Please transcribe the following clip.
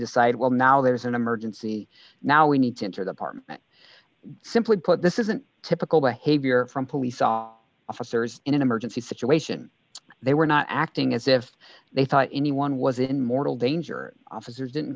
decide well now there's an emergency now we need to enter the apartment simply put this isn't typical behavior from police off officers in an emergency situation they were not acting as if they thought anyone was in mortal danger officers didn't